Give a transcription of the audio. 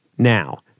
Now